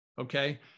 Okay